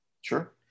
Sure